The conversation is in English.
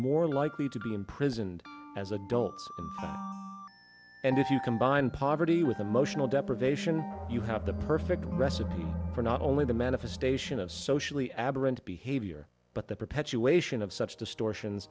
more likely to be imprisoned as adults and if you combine poverty with emotional deprivation you have the perfect recipe for not only the manifestation of socially aberrant behavior but the perpetuation of such distortion